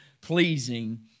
pleasing